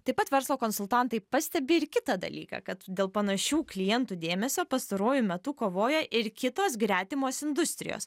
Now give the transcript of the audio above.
taip pat verslo konsultantai pastebi ir kitą dalyką kad dėl panašių klientų dėmesio pastaruoju metu kovoja ir kitos gretimos industrijos